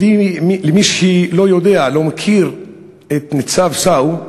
למי שלא יודע, לא מכיר את ניצב סאו,